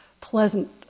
pleasant